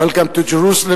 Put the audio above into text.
Welcome to Jerusalem,